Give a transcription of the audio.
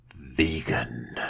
Vegan